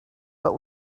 but